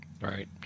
Right